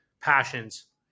passions